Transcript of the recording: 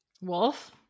Wolf